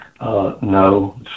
No